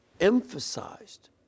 emphasized